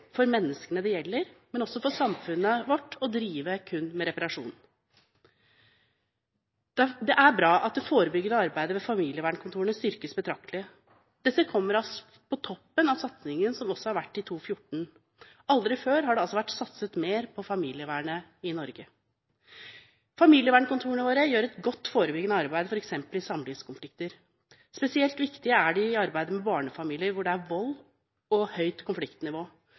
for menneskene det gjelder – men også for samfunnet vårt – å drive kun med reparasjon. Det er bra at det forebyggende arbeidet ved familievernkontorene styrkes betraktelig. Dette kommer på toppen av satsingen i 2014. Aldri før har det altså vært satset mer på familievernet i Norge. Familievernkontorene våre gjør et godt forebyggende arbeid, f.eks. i samlivskonflikter. Spesielt viktig er det i arbeid med barnefamilier hvor det er vold og høyt konfliktnivå.